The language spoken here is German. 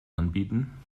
anbieten